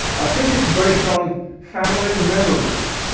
i think it's based on family memory,